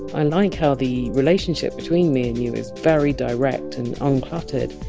i like how the relationship between me and you is very direct and uncluttered,